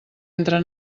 entre